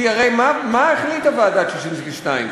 כי הרי מה החליטה ועדת ששינסקי 2?